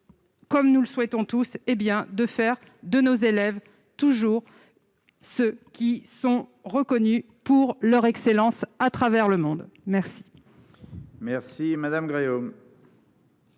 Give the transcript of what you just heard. Comme nous le souhaitons tous, hé bien de faire de nos élèves toujours ceux qui sont reconnues pour leur excellence à travers le monde merci. Merci madame Gréaume.